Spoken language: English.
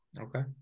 Okay